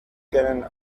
can